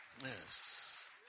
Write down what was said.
Yes